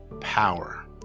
power